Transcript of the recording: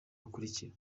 bukurikira